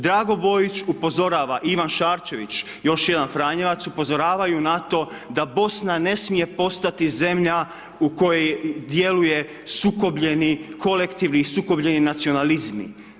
Drago Bojić upozorava, Ivan Šarčević, još jedan franjevac, upozoravaju na to da Bosna ne smije postati zemlje u kojoj djeluje sukobljeni, kolektivni sukobljeni nacionalizmi.